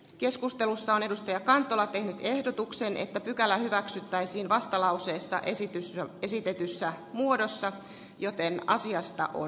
keskustelussa on edustaja kantola tehnyt ehdotuksen että pykälä hyväksyttäisiin vastalauseista esitys esitetyssä muodossa joten asiasta on